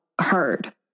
heard